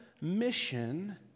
mission